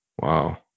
wow